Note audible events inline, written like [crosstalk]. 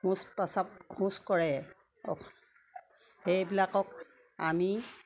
[unintelligible] কৰে সেইবিলাকক আমি